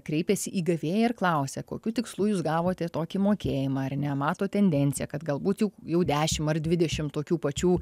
kreipiasi į gavėją ir klausia kokiu tikslu jūs gavote tokį mokėjimą ar ne mato tendenciją kad galbūt jau jau dešim ar dvidešim tokių pačių